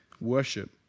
worship